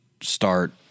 start –